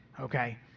okay